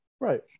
right